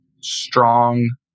strong